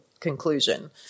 conclusion